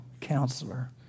counselor